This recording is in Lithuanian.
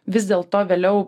vis dėl to vėliau